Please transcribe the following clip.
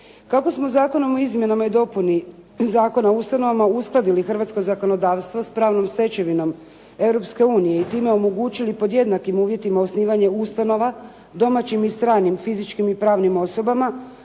Kako smo Zakonom o izmjenama i dopuni Zakona o ustanovama uskladili hrvatsko zakonodavstvo s pravnom stečevinom Europske unije i time omogućili pod jednakim uvjetima osnivanje ustanova domaćim i stranim fizičkim i pravnim osobama